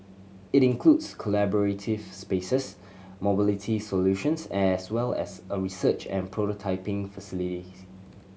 it includes collaborative spaces mobility solutions as well as a research and prototyping